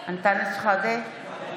שחאדה,